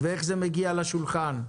ואיך זה מגיע לשולחן.